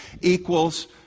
equals